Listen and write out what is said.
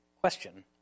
question